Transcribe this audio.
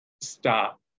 stop